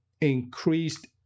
increased